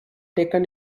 taken